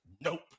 Nope